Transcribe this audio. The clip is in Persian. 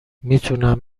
میتونم